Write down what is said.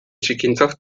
txikientzat